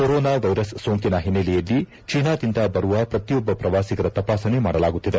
corona virus ಸೋಂಕಿನ ಹಿನ್ನೆಲೆಯಲ್ಲಿ ಚೀನಾದಿಂದ ಬರುವ ಪ್ರತಿಯೊಬ್ಬ ಪ್ರವಾಸಿಗರ ತಪಾಸಣೆ ಮಾಡಲಾಗುತ್ತಿದೆ